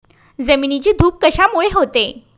जमिनीची धूप कशामुळे होते?